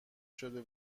شده